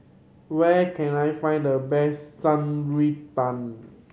where can I find the best Shan Rui Tang